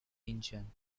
engine